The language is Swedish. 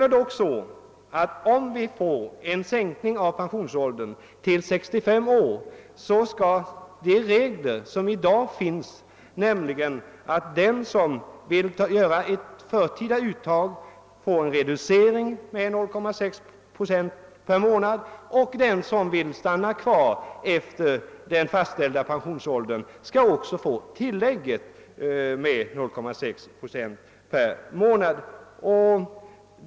Även om vi får en sänkning av pensionsåldern till 65 år så bör naturligtvis den som vill få göra ett förtida pensionsuttag på samma sätt som sker med de reduceringsregler som nu gäller, och den som vill stanna kvar i arbetet efter den fastställda pensionsåldern skall få ett tillägg med 0,6 procent per månad.